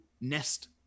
nest